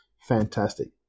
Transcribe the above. Fantastic